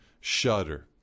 shudder